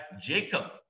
Jacob